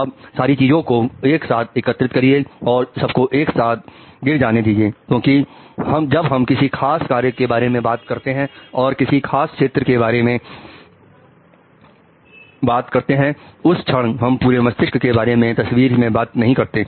अब सारी चीजों को एक साथ एकत्रित करिए और सबको एक साथ गिर जाने दीजिए क्योंकि जब हम किसी खास कार्य के बारे में बात करते हैं और किसी खास क्षेत्र के बारे में बात करते हैं उस क्षण हम पूरे मस्तिष्क के बारे में तस्वीर में बात नहीं करते